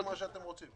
בוועדות אחרות,